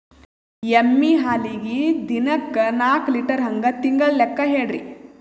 ಎಮ್ಮಿ ಹಾಲಿಗಿ ದಿನಕ್ಕ ನಾಕ ಲೀಟರ್ ಹಂಗ ತಿಂಗಳ ಲೆಕ್ಕ ಹೇಳ್ರಿ?